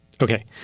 Okay